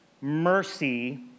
mercy